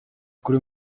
kuri